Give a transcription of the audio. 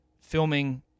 filming